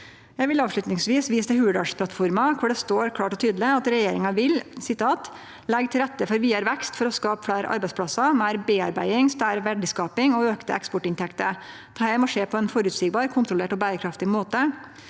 Eg vil avslutningsvis vise til Hurdalsplattforma, der det klart og tydeleg står at regjeringa vil «legge til rette for videre vekst for å skape flere arbeidsplasser, mer bearbeiding, større verdiskaping og økte eksportinntekter. Dette må skje på en forutsigbar, kontrollert og bærekraftig måte.